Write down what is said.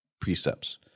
precepts